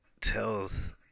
tells